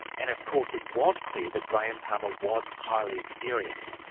and of course it was clear that graham palmer was highly experienced.